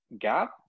gap